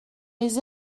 les